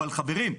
אבל חברים,